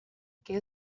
que